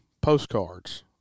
postcards